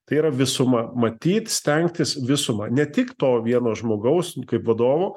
tai yra visuma matyt stengtis visumą ne tik to vieno žmogaus kaip vadovo